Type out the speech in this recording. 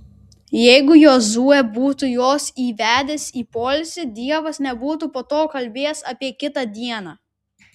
jeigu jozuė būtų juos įvedęs į poilsį dievas nebūtų po to kalbėjęs apie kitą dieną